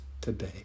today